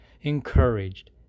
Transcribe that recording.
encouraged